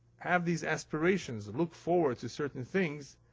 have these aspirations. look forward to certain things,